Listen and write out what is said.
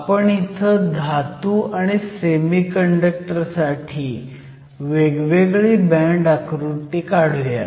आपण इथं धातू आणि सेमीकंडक्टर साठी वेगवेगळी बँड आकृती काढुयात